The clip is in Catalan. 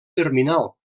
terminal